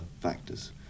factors